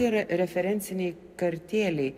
yra referenciniai kartėliai